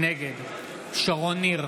נגד שרון ניר,